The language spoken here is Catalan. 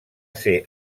ser